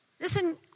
Listen